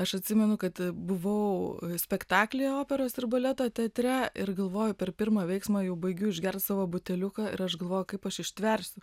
aš atsimenu kad buvau spektaklyje operos ir baleto teatre ir galvoju per pirmą veiksmą jau baigiu išgert savo buteliuką ir aš galvoju kaip aš ištversiu